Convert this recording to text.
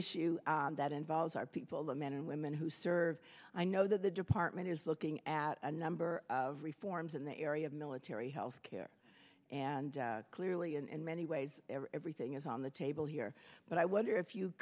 issue that involves our people the men and women who serve i know that the department is looking at a number of reforms in the area of military health care and clearly in many ways everything is on the table here but i wonder if you